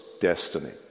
destiny